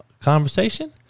conversation